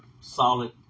solid